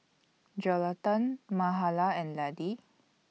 Jonatan Mahala and Laddie